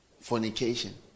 fornication